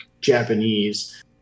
Japanese